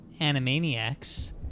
Animaniacs